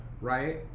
right